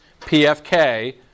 PFK